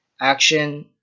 action